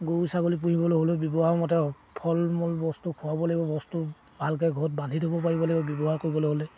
গৰু ছাগলী পুহিবলৈ হ'লেও ব্যৱহাৰ মতে ফল মূল বস্তু খোৱাব লাগিব বস্তু ভালকৈ ঘৰত বান্ধি থ'ব পাৰিব লাগিব ব্যৱহাৰ কৰিবলৈ হ'লে